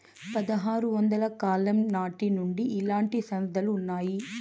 పదహారు వందల కాలం నాటి నుండి ఇలాంటి సంస్థలు ఉన్నాయి